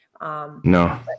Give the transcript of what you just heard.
No